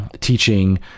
teaching